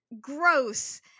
gross